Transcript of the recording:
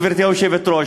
גברתי היושבת-ראש: